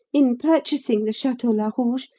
in purchasing the chateau larouge,